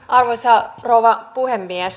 arvoisa rouva puhemies